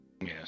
Yes